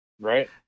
Right